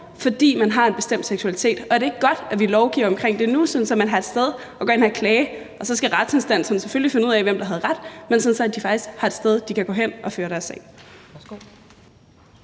fordi man har en bestemt seksualitet? Og er det ikke godt, at vi lovgiver omkring det nu, sådan at man har et sted at gå hen og klage – og så skal retsinstansen selvfølgelig finde ud af, hvem der havde ret – altså, at man faktisk har et sted at gå hen og føre sin sag?